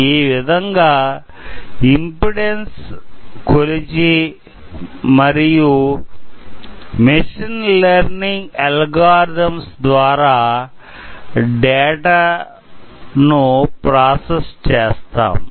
ఈ విధం గా ఇమ్పెడాన్సు కొలిచి మరియు మెషిన్ లెర్నింగ్ అల్గోరిథమ్స్ ద్వారా డేటా ను ప్రాసెస్ చేస్తాము